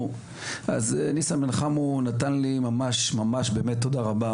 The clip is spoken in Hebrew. אז ניסן בן חמו הוא נתן לי ממש ממש באמת תודה רבה